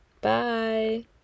Bye